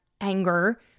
anger